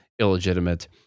illegitimate